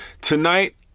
Tonight